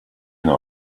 know